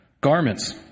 garments